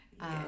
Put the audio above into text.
yes